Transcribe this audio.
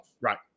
Right